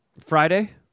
Friday